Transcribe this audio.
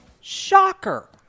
Shocker